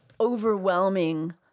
overwhelming